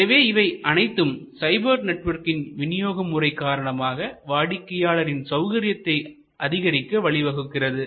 எனவே இவை அனைத்தும் சைபர் நெட்வொர்க்கின் வினியோகம் முறை காரணமாக வாடிக்கையாளரின் சௌகரியத்தை அதிகரிக்க வழிவகுக்கிறது